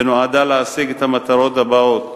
ונועדה להשיג את המטרות הבאות: